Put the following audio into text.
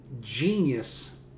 genius